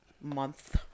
month